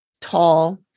Tall